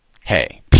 hey